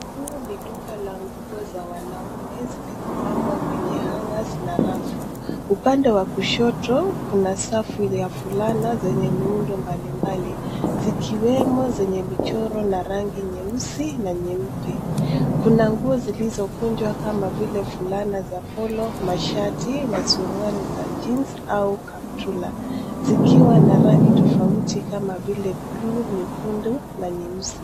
Huu ni duka la nguo za wanaume zilizopangwa kwenye hangers na rafu. Upande wa kushoto, kuna safu ya fulana zenye miundo mbalimbali, zikiwemo zenye michoro na rangi nyeusi na nyeupe. Kuna nguo zilizokunjwa kama vile fulana za polo , mashati, na suruali za jeans au kaptula, zikiwa na rangi tofauti kama vile buluu, nyekundu na nyeusi.